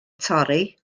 torri